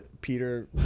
Peter